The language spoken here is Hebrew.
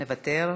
מוותר,